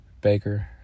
baker